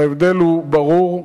וההבדל הוא ברור,